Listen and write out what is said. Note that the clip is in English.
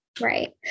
right